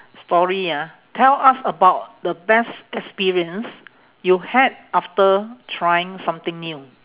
story ah tell us about the best experience you had after trying something new